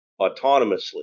autonomously